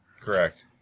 Correct